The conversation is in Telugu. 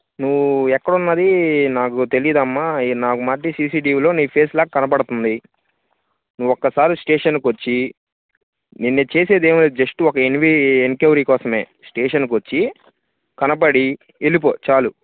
నువ్వు ఎక్కడ ఉన్నది నాకు తెలీదమ్మ నాకు మటికి సీ సీ టీ వీలో నీ ఫేస్లాగ కనబడుతుంది నువ్వు ఒక్కసారి స్టేషన్కి వచ్చి నిన్ను చేసేది ఏమి లేదు జస్ట్ ఒక ఎంక్వయిరీ కోసమే స్టేషన్కి వచ్చి కనబడి వెళ్లిపో చాలు